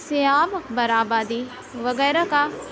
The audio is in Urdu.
سیاب اکبر آبادی وغیرہ کا